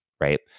right